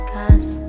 Cause